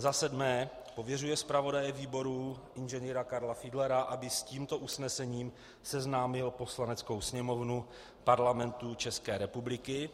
VII. pověřuje zpravodaje výboru Ing. Karla Fiedlera, aby s tímto usnesením seznámil Poslaneckou sněmovnu Parlamentu České republiky.